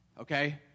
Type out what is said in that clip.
Okay